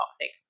toxic